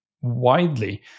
widely